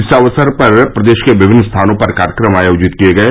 इस अवसर पर प्रदेश के विभिन्न स्थानों पर कार्यक्रम आयोजित किये गये